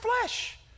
flesh